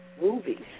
movies